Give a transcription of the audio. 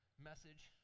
message